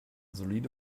solide